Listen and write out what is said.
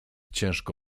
ciężko